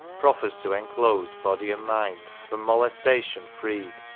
proffers to enclose body and mind, from molestation freed.